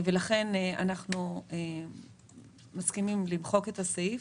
לכן אנחנו מסכימים למחוק את הסעיף.